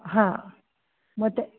हां मग ते